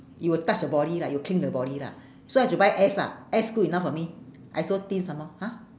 it will touch the body lah it will cling the body lah so I should buy S lah S good enough for me I so thin some more !huh!